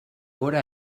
gora